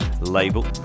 label